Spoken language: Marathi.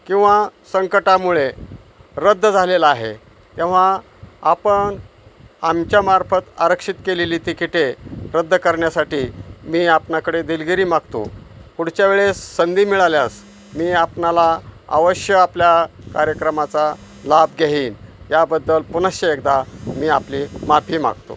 किंवा संकटामुळे रद्द झालेला आहे तेव्हा आपण आमच्यामार्फत आरक्षित केलेली तिकिटे रद्द करण्यासाठी मी आपल्याकडे दिलगिरी मागतो पुढच्या वेळेस संधी मिळाल्यास मी आपणाला अवश्य आपल्या कार्यक्रमाचा लाभ घेईन याबद्दल पुनश्च एकदा मी आपली माफी मागतो